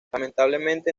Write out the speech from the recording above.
lamentablemente